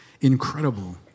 incredible